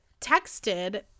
texted